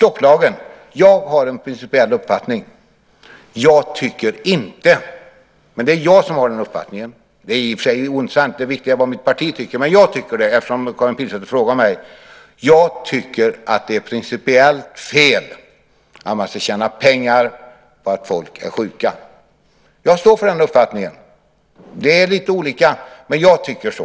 När det gäller stopplagen har jag en principiell uppfattning. Den är i och för sig ointressant. Det viktiga är vad mitt parti tycker. Men eftersom Karin Pilsäter frågar mig kan jag säga att jag tycker att det är principiellt fel att man ska tjäna pengar på att folk är sjuka. Jag står för den uppfattningen. Uppfattningarna är lite olika, men jag tycker så.